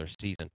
season